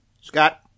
Scott